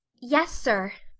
yes, sir,